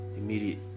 immediate